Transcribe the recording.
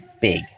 big